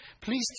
Please